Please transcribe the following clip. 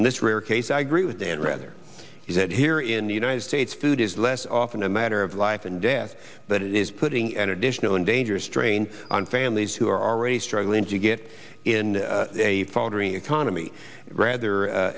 in this rare case i agree with dan rather is that here in the united states food is less often a matter of life and death but it is putting an additional and dangerous strain on families who are already struggling to get in a faltering economy rather